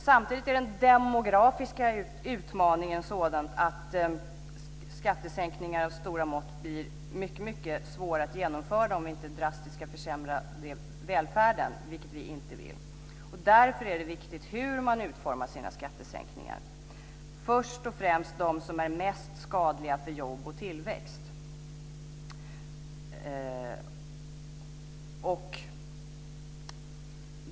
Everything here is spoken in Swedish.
Samtidigt är den demografiska utmaningen sådan att skattesänkningar av stora mått blir mycket svårare att genomföra om vi inte drastiskt ska försämra välfärden, vilket vi inte vill. Därför är det viktigt hur man urformar sina skattesänkningar - först och främst dem som är mest skadliga för jobb och tillväxt.